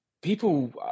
people